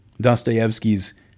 Dostoevsky's